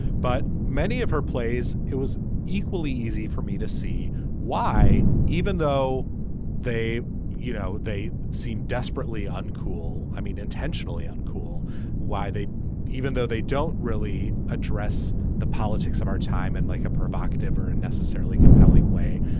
but many of her plays it was equally easy for me to see why even though they you know they seemed desperately uncool. i mean intentionally uncool why they even though they don't really address the politics of our time and like a provocative or unnecessarily compelling way.